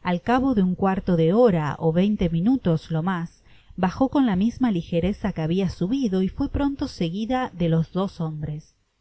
al cabo de un cuarto de hora ó veinte minutos lo mas bajo con la misma ligereza que habia subido y fué pronto seguida de los dos hombres